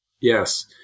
Yes